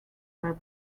were